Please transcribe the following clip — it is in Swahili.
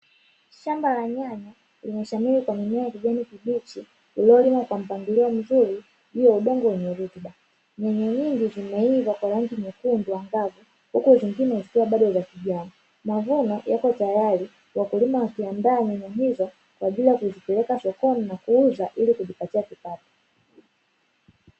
Shamba la nyanya limeshamiri kwa mimea ya kijani kibichi, iliyolimwa kwa mpangilio mzuri juu ya udongo wenye rutba nyanya nyingi zimeiva kwa rangi nyekundu angavu, huku zingine zikiwa bado kijani, mavuno yako tayari, wakulima wakiandaa nyanya hizo kwa ajili ya kuzipeleka sokoni na kuuza ili kujipatia kipato.